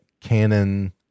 canon